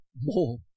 more